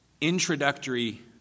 introductory